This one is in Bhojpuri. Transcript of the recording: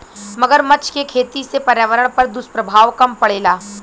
मगरमच्छ के खेती से पर्यावरण पर दुष्प्रभाव कम पड़ेला